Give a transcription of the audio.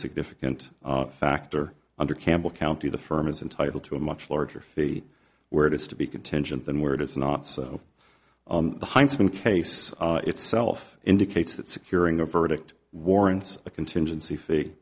significant factor under campbell county the firm is entitled to a much larger fee where it is to be contingent than where it is not so the heisman case itself indicates that securing a verdict warrants a contingency fee